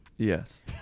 Yes